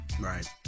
Right